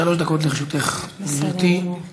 בנושא: דבריו החמורים של ראש ממשלת פולין